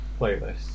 playlist